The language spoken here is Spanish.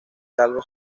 calvo